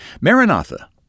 Maranatha